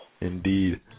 Indeed